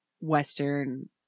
Western